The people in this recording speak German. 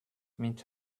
mit